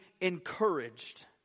encouraged